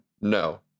No